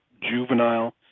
juvenile